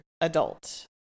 adult